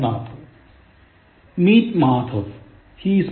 1 Meet Madhav